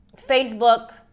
Facebook